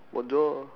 bonjour